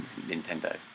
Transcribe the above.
Nintendo